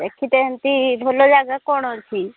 ଏଠି ଭଲ ଜାଗା କ'ଣ ଅଛି